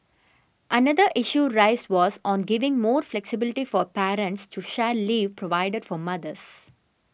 another issue raised was on giving more flexibility for parents to share leave provided for mothers